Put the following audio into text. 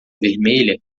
vermelha